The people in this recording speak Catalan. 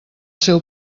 seu